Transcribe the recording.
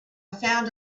found